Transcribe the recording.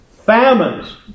famines